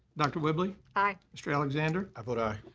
dr. whibley. aye. mr. alexander. aye. but i